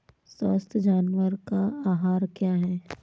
स्वस्थ जानवर का आहार क्या है?